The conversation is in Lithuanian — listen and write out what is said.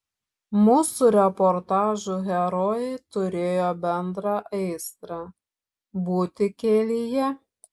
mūsų reportažų herojai turėjo bendrą aistrą būti kelyje